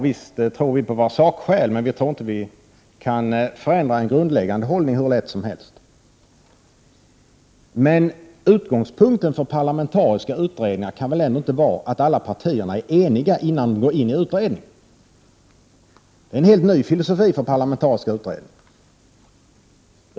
Visst tror vi på våra sakskäl, men vi tror inte att vi kan förändra en grundläggande hållning hur lätt som helst. Utgångspunkten för parlamentariska utredningar kan väl ändå inte vara att alla partierna är eniga innan de går in i utredningen. Det är en helt ny filosofi för parlamentariska utredningar.